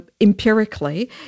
empirically